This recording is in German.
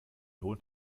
hohen